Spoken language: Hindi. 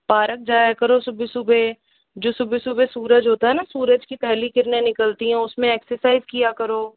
पारक जाया करो सुबह सुबह जो सुबह सुबह सूरज होता है ना सूरज की पहली किरणें निकलती हैं उसमें एक्सर्साइज किया करो